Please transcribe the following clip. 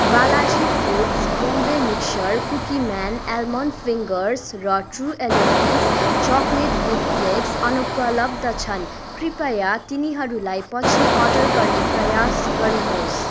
Balaji foods Bombay mixture Cookieman almond fingers र true elements chocolate with flakes अनुपलब्ध छन् कृपया तिनीहरूलाई पछि अर्डर गर्ने प्रयास गर्नुहोस्